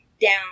down